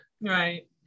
Right